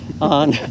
on